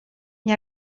gli